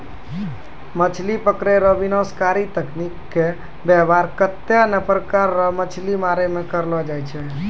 मछली पकड़ै रो विनाशकारी तकनीकी के वेवहार कत्ते ने प्रकार रो मछली मारै मे करलो जाय छै